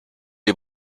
les